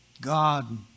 God